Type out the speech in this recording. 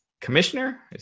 Commissioner